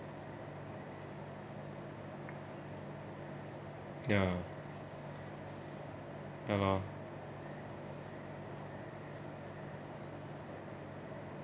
ya ya lah